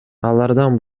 алардан